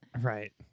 right